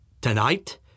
tonight